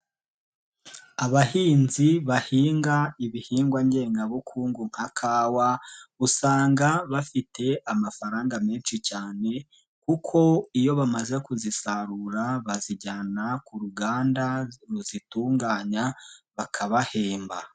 Abahinzi bahinga ibihingwa ngengabukungu nka kawa, usanga bafite amafaranga menshi cyane kuko iyo bamaze kuzisarura bazijyana ku ruganda ruzitunganya bakabahemba.